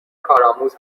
کارآموز